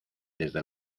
desde